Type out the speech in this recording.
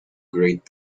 great